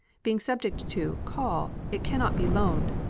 being subject to call, it can not be loaned,